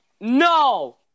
No